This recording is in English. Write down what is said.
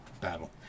battle